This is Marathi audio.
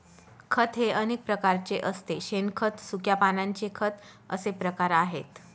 खत हे अनेक प्रकारचे असते शेणखत, सुक्या पानांचे खत असे प्रकार आहेत